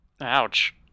Ouch